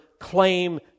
claim